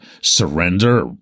surrender